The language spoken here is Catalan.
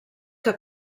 que